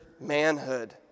manhood